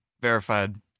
verified